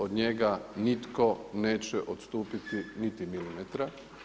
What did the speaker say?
Od njega nitko neće odstupiti niti milimetra.